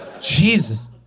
Jesus